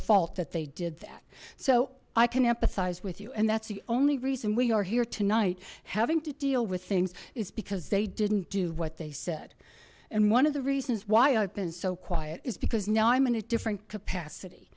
fault that they did that so i can empathize with you and that's the only reason we are here tonight having to deal with things is because they didn't do what they said and one of the reasons why i've been so quiet is because now i'm in a different capacity